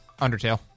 Undertale